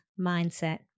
mindset